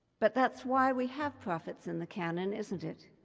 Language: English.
but that's why we have prophets in the canon, isn't it?